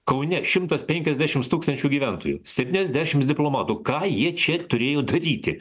kaune šimtas penkiasdešimt tūkstančių gyventojų septyniasdešimt diplomatų ką ji čia turėjo daryti